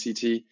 CT